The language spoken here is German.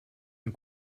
ein